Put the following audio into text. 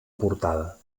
portada